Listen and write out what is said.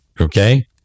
Okay